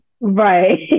Right